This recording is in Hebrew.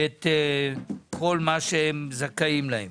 את כל מה שהם זכאים לו.